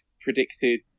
predicted